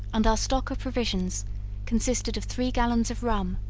and our stock of provisions consisted of three gallons of rum,